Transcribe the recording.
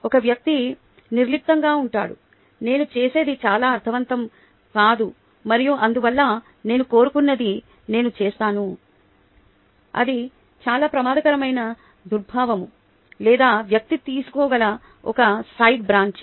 ఒక వ్యక్తి నిర్లిప్తంగా ఉంటాడు నేను చేసేది చాలా అర్ధవంతం కాదు మరియు అందువల్ల నేను కోరుకున్నది నేను చేస్తాను అది చాలా ప్రమాదకరమైన దుష్ప్రభావం లేదా వ్యక్తి తీసుకోగల ఒక సైడ్ బ్రాంచ్